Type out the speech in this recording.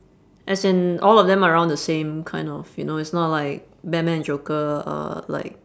as in all of them are around the same kind of you know it's not like batman and joker are like